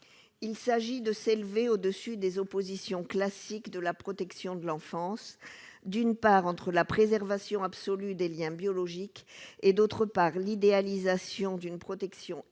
il s'agit de s'élever au-dessus des oppositions classiques de la protection de l'enfance d'une part entre la préservation absolue des Liens biologiques et d'autre part l'idéalisation d'une protection étatique